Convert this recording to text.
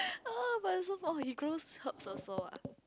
but it's so fun he grows herb also ah